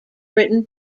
written